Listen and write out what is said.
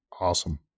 Awesome